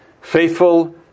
faithful